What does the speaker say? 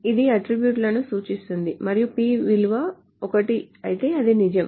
ఇది అన్ని అట్ట్రిబ్యూట్లను సూచిస్తుంది మరియు P విలువ 1 అయితే అది నిజం